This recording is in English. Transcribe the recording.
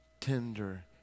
tender